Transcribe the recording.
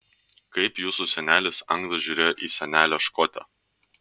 kaip jūsų senelis anglas žiūrėjo į senelę škotę